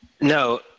No